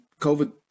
COVID